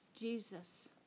Jesus